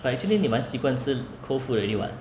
but actually 你蛮习惯吃 cold food already [what]